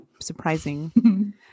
surprising